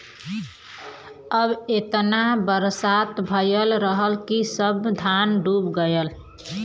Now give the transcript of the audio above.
अब एतना बरसात भयल रहल कि सब धान डूब गयल